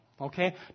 Okay